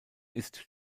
ist